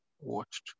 watched